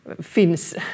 Finns